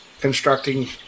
constructing